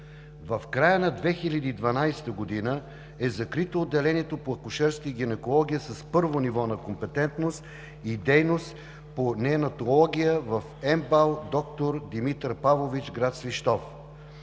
В края на 2012 г. е закрито отделението по акушерство и гинекология с първо ниво на компетентност и дейност по неонатология в МБАЛ „Доктор Димитър Павлович“ – град Свищов.